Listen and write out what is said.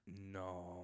No